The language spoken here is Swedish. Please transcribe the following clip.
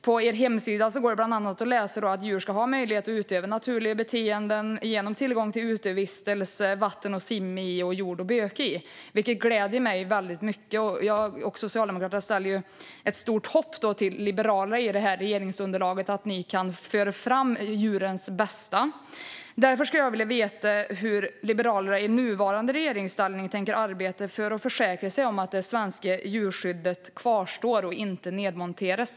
På er hemsida går det bland annat att läsa att djur ska ha möjlighet att utöva naturliga beteenden genom tillgång till utevistelse, vatten att simma i och jord att böka i, vilket gläder mig väldigt mycket. Jag och Socialdemokraterna ställer ett stort hopp till att Liberalerna i det här regeringsunderlaget kan föra fram djurens bästa. Därför skulle jag vilja veta hur Liberalerna i nuvarande regeringsställning tänker arbeta för att försäkra sig om att det svenska djurskyddet kvarstår och inte nedmonteras.